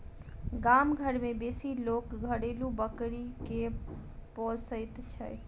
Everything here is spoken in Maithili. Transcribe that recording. गाम घर मे बेसी लोक घरेलू बकरी के पोसैत छै